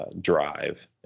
drive